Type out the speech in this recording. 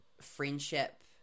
friendship